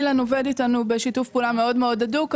אילן עובד אתנו בשיתוף פעולה מאוד הדוק.